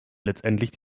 letztendlich